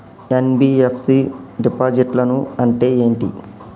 NBFC డిపాజిట్లను అంటే ఏంటి?